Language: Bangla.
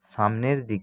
সামনের দিকে